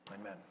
Amen